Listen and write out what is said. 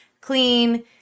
clean